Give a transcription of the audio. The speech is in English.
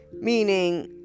meaning